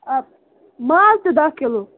اَدٕ ماز تہِ دَہ کِلوٗ